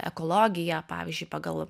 ekologija pavyzdžiui pagal